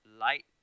light